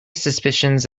suspicions